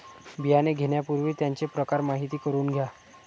बियाणे घेण्यापूर्वी त्यांचे प्रकार माहिती करून घ्या